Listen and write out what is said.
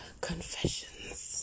confessions